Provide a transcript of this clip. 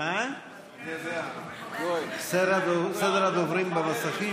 את סדר הדוברים במסכים?